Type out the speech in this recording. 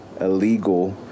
illegal